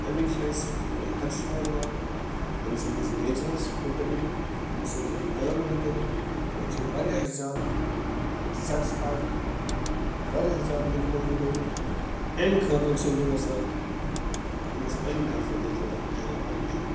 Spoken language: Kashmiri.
امِکۍ چھِ أسۍ بے حد شُکُر أمۍ سٕنٛدِس نیٚچرس متعلِق أمۍ سنٛزِ اَتھ کامہِ مُتعلق أسۍ چھِ وارِیاہ زیادٕ سیٚٹٕس فاے وارِیاہ زیادٕ مُتمعین گٔے أسۍ اَمہِ خٲطرِ چھُس بہٕ یَژھان أمِس پنٕنہِ طرفہٕ تہِ تھوڑا ایٚنامات دِنۍ